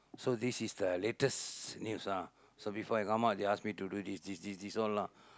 so this is the latest news ah so before I come out they ask me do this this this all lah